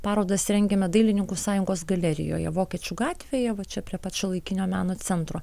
parodas rengiame dailininkų sąjungos galerijoje vokiečių gatvėje va čia prie pat šiuolaikinio meno centro